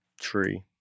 Tree